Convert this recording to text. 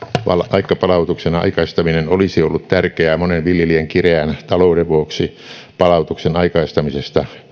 vaikka palautuksen aikaistaminen olisi ollut tärkeää monen viljelijän kireän talouden vuoksi palautuksen aikaistamisesta